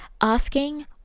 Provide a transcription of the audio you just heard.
asking